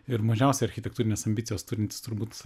ir mažiausia architektūrinės ambicijos turintys turbūt